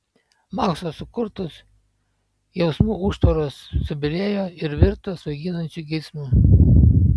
makso sukurtos jausmų užtvaros subyrėjo ir virto svaiginančiu geismu